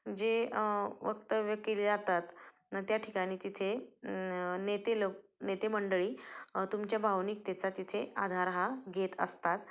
जे वक्तव्य केले जातात त्या ठिकाणी तिथे नेते लोक नेते मंडळी तुमच्या भावनिकतेचा तिथे आधार हा घेत असतात